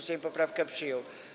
Sejm poprawkę przyjął.